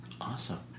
Awesome